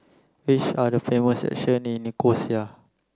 which are the famous in Nicosia